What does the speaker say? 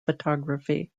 photography